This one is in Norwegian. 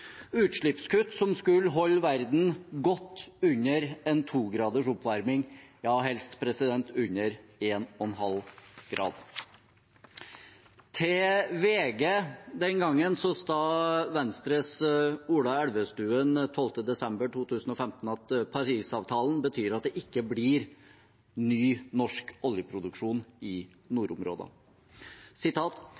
utslippskutt, utslippskutt som skulle holde verden godt under en 2-graders oppvarming, ja helst under 1,5 grader. Til VG den gangen sa Venstres Ola Elvestuen, den 12. desember 2015, at Parisavtalen betyr at det ikke blir ny norsk oljeproduksjon i